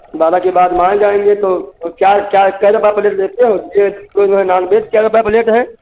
ढाबा की बात मान जाएंगे तो क्या क्या कै रुपये प्लेट बेचते हो भेज है नॉन भेज कै रुपये प्लेट है ये